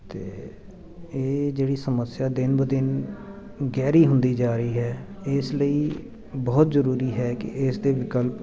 ਅਤੇ ਇਹ ਜਿਹੜੀ ਸਮੱਸਿਆ ਦਿਨ ਬ ਦਿਨ ਗਹਿਰੀ ਹੁੰਦੀ ਜਾ ਰਹੀ ਹੈ ਇਸ ਲਈ ਬਹੁਤ ਜ਼ਰੂਰੀ ਹੈ ਕਿ ਇਸ ਦੇ ਵਿਕਲਪ